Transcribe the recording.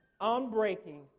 unbreaking